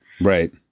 Right